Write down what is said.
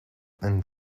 and